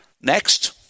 Next